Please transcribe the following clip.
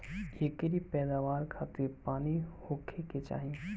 एकरी पैदवार खातिर पानी होखे के चाही